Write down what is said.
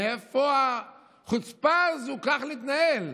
מאיפה החוצפה הזאת כך להתנהל?